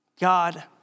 God